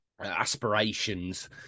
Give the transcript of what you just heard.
aspirations